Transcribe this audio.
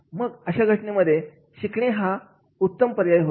मग अशा घटनेमध्ये शिकणे हा उत्तम पर्याय होत नाही